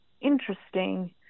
interesting